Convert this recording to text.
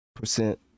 Percent